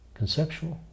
conceptual